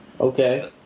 Okay